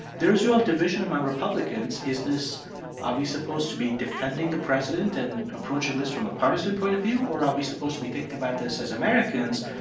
there is real division among republicans is this are we supposed to be defending the president and approaching this from a partisan point of view? or are we supposed to be thinking about this as americans,